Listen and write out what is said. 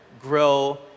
grow